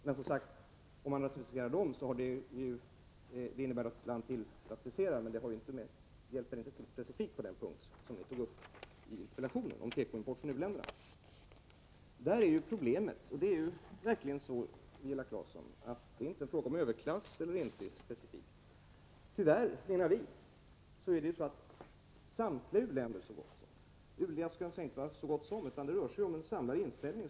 Men om man ratificerar dem har det inte specifikt att göra med det som togs upp i interpellationen om tekoimport från u-länderna. Där är ju problemet verkligen så, Viola Claesson, att det inte är fråga om överklass eller inte. Tyvärr, menar vi, är det så att samtliga u-länder har redovisat en samlad inställning.